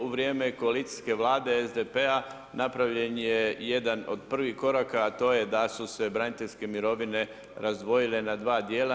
U vrijeme koalicijske Vlade SDP-a napravljen je jedan od prvih koraka, a to je da su se braniteljske mirovine razdvojile na 2 dijela.